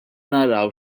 naraw